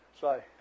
Sorry